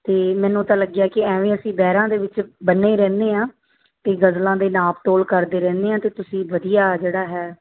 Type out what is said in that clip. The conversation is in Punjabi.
ਅਤੇ ਮੈਨੂੰ ਤਾਂ ਲੱਗਿਆ ਕਿ ਐਵੇਂ ਅਸੀਂ ਬਹਿਰਾਂ ਦੇ ਵਿੱਚ ਬੰਨੇ ਰਹਿੰਦੇ ਹਾਂ ਅਤੇ ਗਜ਼ਲਾਂ ਦੇ ਨਾਪ ਤੋਲ ਕਰਦੇ ਰਹਿੰਦੇ ਹਾਂ ਅਤੇ ਤੁਸੀਂ ਵਧੀਆ ਜਿਹੜਾ ਹੈ